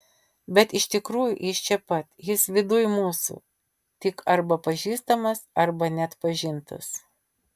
bet iš tikrųjų jis čia pat jis viduj mūsų tik arba pažįstamas arba neatpažintas